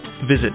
Visit